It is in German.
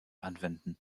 anwenden